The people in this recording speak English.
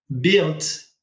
built